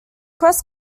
cross